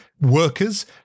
workers